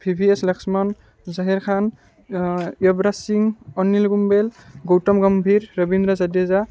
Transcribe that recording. V V S Laxman Zaheer Khan Yuvraj Singh Anil Kumble Gautam Gambhir Ravindra Jadeja